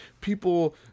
people